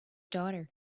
daughter